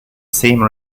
same